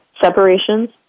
Separations